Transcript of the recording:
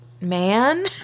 man